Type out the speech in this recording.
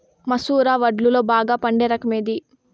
మసూర వడ్లులో బాగా పండే రకం ఏది?